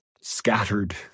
scattered